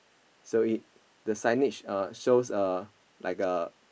so it the signage shows a like a